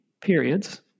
periods